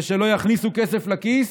ושלא יכניסו כסף לכיס